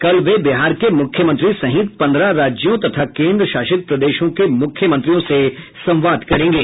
कल वे बिहार के मुख्यमंत्री सहित पन्द्रह राज्यों तथा केंद्रशासित प्रदेशों के मुख्यमंत्रियों से संवाद करेंगे